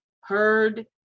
heard